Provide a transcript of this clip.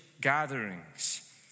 gatherings